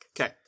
Okay